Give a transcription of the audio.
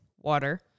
water